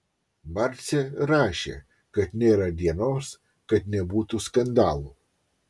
marcė rašė kad nėra dienos kad nebūtų skandalų